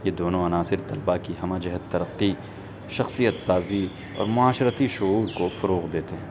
یہ دونوں عناصر طلبہ کی ہمہ جہت ترقی شخصیت سازی اور معاشرتی شعور کو فروغ دیتے ہیں